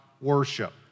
worship